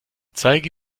zeige